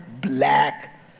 black